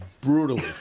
brutally